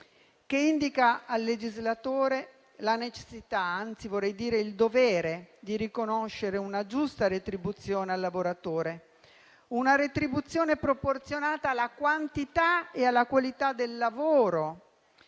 che indica al legislatore la necessità, anzi, vorrei dire il dovere di riconoscere una giusta retribuzione al lavoratore, una retribuzione proporzionata alla quantità e alla qualità del lavoro,